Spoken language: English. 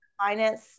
finance